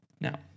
Now